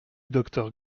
docteur